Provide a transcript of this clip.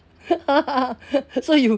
so you